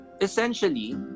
essentially